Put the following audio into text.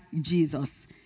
Jesus